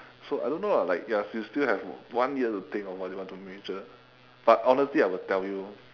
so I don't know lah like ya you still have one year to think of what you want to major but honestly I will tell you